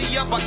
up